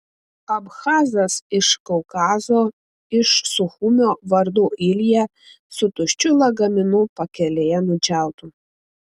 abchazas iš kaukazo iš suchumio vardu ilja su tuščiu lagaminu pakelėje nudžiautu